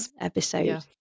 episode